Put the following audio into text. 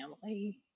family